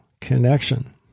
connection